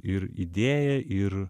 ir idėja ir